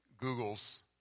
Google's